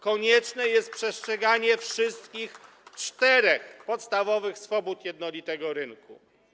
Konieczne jest przestrzeganie wszystkich czterech podstawowych swobód jednolitego rynku.